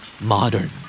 Modern